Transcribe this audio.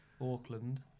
Auckland